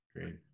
Great